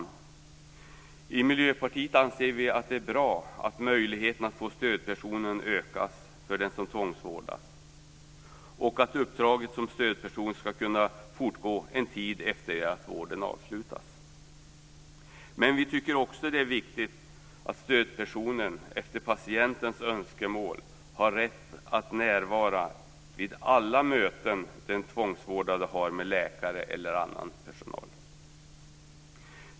Vi i Miljöpartiet anser att det är bra att möjligheterna att få stödperson utökas för den som tvångsvårdas och att uppdraget som stödperson ska kunna fortgå en tid efter det att vården avslutats. Vi tycker också att det är viktigt att stödpersonen efter patientens önskemål har rätt att närvara vid alla möten som den tvångsvårdade har med läkare eller annan personal.